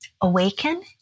awaken